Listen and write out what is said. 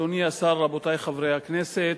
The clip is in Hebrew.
אדוני השר, רבותי חברי הכנסת,